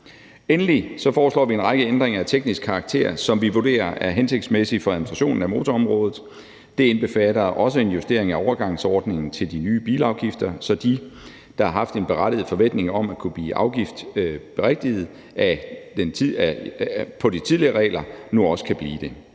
Endelig foreslår vi en række ændringer af teknisk karakter, som vi vurderer er hensigtsmæssigt for administrationen af motorområdet. Det indbefatter også en justering af overgangsordningen til de nye bilafgifter, så dem, der har haft en berettiget forventning om at kunne blive afgiftsberigtiget i forhold til de tidligere regler, nu også kan blive det.